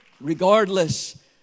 Regardless